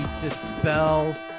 dispel